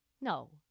No